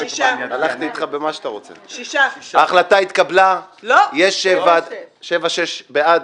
הצבעה בעד,